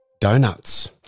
Donuts